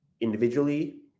individually